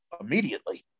immediately